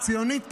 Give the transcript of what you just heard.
ציונית פחות,